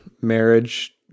marriage